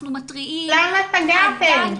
אנחנו מתריעים --- למה סגרתם?